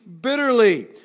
bitterly